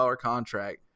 contract